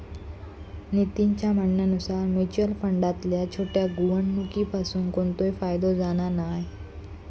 नितीनच्या म्हणण्यानुसार मुच्युअल फंडातल्या छोट्या गुंवणुकीपासून कोणतोय फायदो जाणा नाय